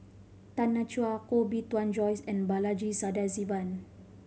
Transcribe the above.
Tanya Chua Koh Bee Tuan Joyce and Balaji Sadasivan